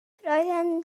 roedd